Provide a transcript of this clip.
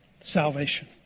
salvation